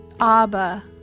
abba